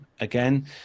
again